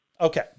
Okay